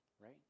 right